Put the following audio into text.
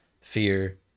fear